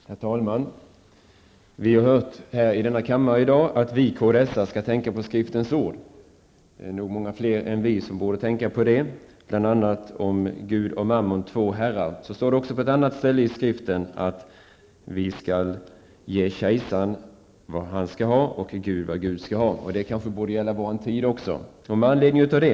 Herr talman! Vi har hört här i dag att vi kds-are skall tänka på skriftens ord. Det är nog många fler än vi som borde tänka på skriftens ord, bl.a. det som står om Gud och mammon och tjäna två herrar eller som det står på ett annat ställe i skriften, att vi skall ge kejsaren vad han skall ha och Gud vad Gud skall ha. Detta borde kanske också gälla vår tid.